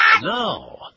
No